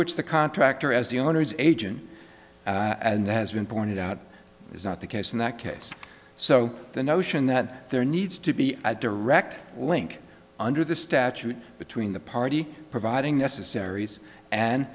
which the contractor as the owner's agent and has been pointed out is not the case in that case so the notion that there needs to be a direct link under the statute between the party providing